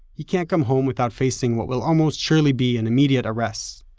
he can't come home without facing what will almost surely be an immediate arrest,